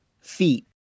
Feet